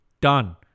done